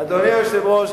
אדוני היושב-ראש,